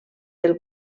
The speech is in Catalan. del